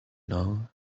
now